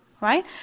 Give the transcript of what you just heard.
right